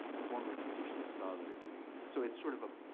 former confucius scholar doing. so it's sort of a